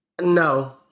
no